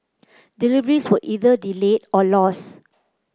deliveries were either delayed or lost